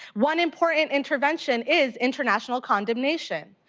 one important intervention is international condemnation.